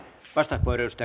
arvoisa